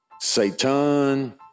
Satan